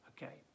Okay